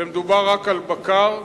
ומדובר רק על בקר,